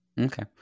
Okay